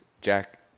Jack